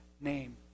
name